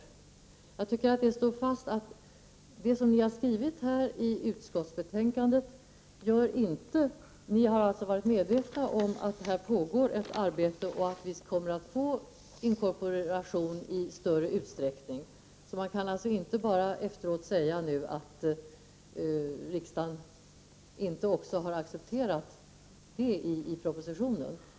När det gäller skrivningen i detta utskottsbetänkande har ni varit medvetna om att här pågår ett arbete och om att vi kommer att få en inkorporering i större utsträckning. Man kan alltså inte komma efteråt och säga att riksdagen inte har accepterat det som här sägs i propositionen.